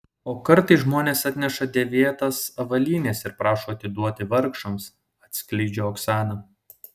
o kartais žmonės atneša dėvėtos avalynės ir prašo atiduoti vargšams atskleidžia oksana